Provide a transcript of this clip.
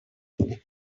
where